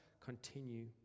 continue